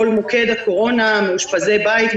כל מוקד הקורונה: מאושפזי בית,